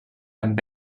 amb